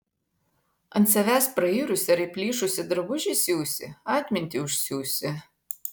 ant savęs prairusį ar įplyšusį drabužį siūsi atmintį užsiūsi